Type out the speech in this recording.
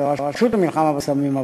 של הרשות למלחמה בסמים,